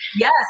Yes